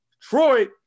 Detroit